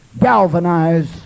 galvanize